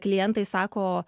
klientai sako